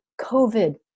COVID